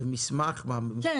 מסמך, הייתי בבית חולים?